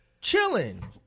Chilling